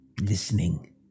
Listening